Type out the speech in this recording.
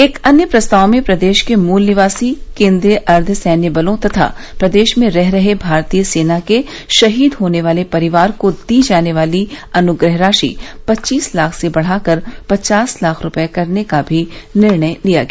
एक अन्य प्रस्ताव में प्रदेश के मूल निवासी केन्द्रीय अर्द्व सैन्य बलों तथा प्रदेश में रह रहे भारतीय सेना के शहीद होने वाले परिवार को दी जाने वाली अनुग्रह राशि पच्चीस लाख से बढ़ाकर पचास लाख रूपये करने का भी निर्णय लिया गया